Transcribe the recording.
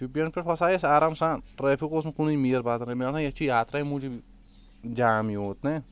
شُپین پٮ۪ٹھ وساے أسۍ آرام سان ٹریفک اوس نہٕ کُنی میٖر بازرٕ مےٚ باسان یتھ چھِ یاترا موجوٗب یہ جام یوٗت نا